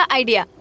idea